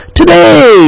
today